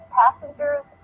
passengers